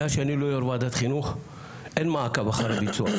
מאז שאני לא יו"ר ועדת חינוך אין מעקב אחרי הביצוע.